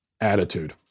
attitude